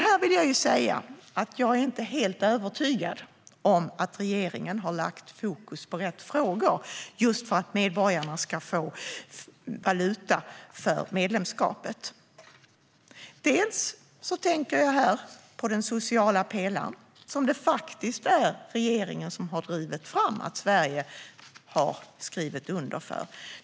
Här vill jag säga att jag inte är helt övertygad om att regeringen har lagt fokus på rätt frågor för att medborgarna ska få just valuta för medlemskapet. Jag tänker på den sociala pelaren, som regeringen har drivit på för att Sverige ska skriva under.